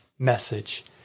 message